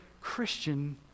Christian